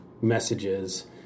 messages